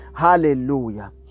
Hallelujah